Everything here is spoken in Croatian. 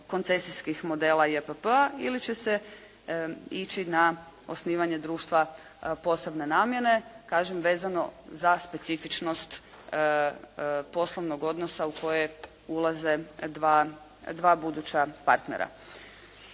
koncesijskih modela JPP-a ili će se ići na osnivanje društva posebne namjene kažem vezano za specifičnost poslovnog odnosa u koje ulaze dva buduća partnera.